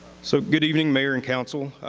so good evening, mayor and council,